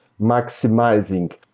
maximizing